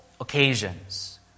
occasions